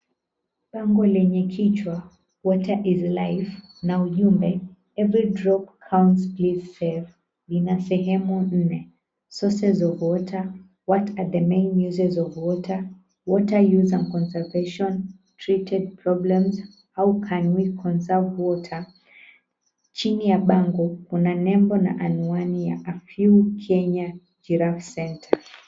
Bango lenye kichwa, Water is Life , na ujumbe, "Every drop counts, please save," linasehemu nne: Sources of water, what are the main uses of water, water use and conservation, treated problems. How can we conserve water ". Chini ya bango kuna nembo na anwani ya, "A few Kenya Giraffe Centre .